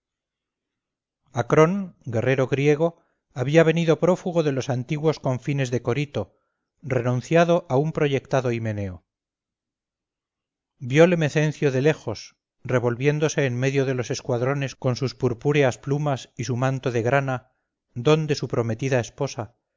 acrón guerrero griego había venido prófugo de los antiguos confines de corito renunciando a un proyectado himeneo vióle mecencio de lejos revolviéndose en medio de los escuadrones con sus purpúreas plumas y su manto de grana don de su prometida esposa